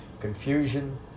confusion